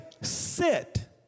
sit